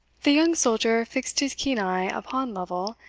the young soldier fixed his keen eye upon lovel,